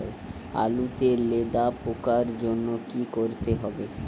আলুতে লেদা পোকার জন্য কি করতে হবে?